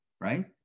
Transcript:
right